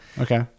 okay